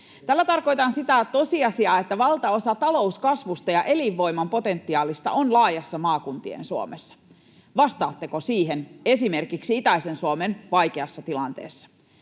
Tällä tarkoitan sitä tosiasiaa, että valtaosa talouskasvusta ja elinvoiman potentiaalista on laajassa maakuntien Suomessa. Vastaatteko siihen esimerkiksi itäisen Suomen vaikeassa tilanteessa?